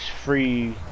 free